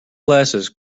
glasses